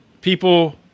people